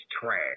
trash